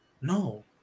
No